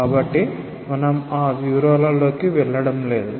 కాబట్టి మనం ఆ వివరాలలోకి వెళ్ళడం లేదు